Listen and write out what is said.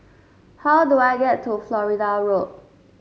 how do I get to Florida Road